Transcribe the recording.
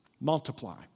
multiply